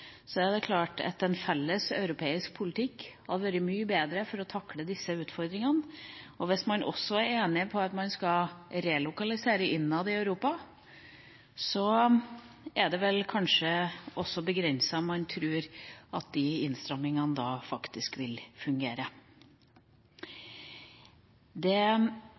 er det klart at en felles europeisk politikk hadde vært mye bedre for å takle disse utfordringene. Hvis man også er enige om relokalisering innad i Europa, er det kanskje begrensninger i troen på at disse innstrammingene faktisk vil fungere.